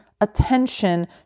attention